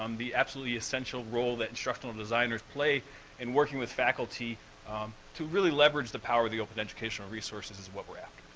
um the absolutely essential role that instructional designers play in working with faculty to really leverage the power of the open educational resources is what we're after.